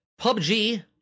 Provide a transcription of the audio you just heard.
PUBG